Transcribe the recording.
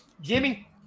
Jimmy